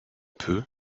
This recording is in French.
peu